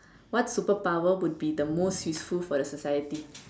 what super power would be the most useful for the society